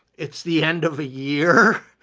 it's the end of a year.